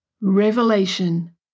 Revelation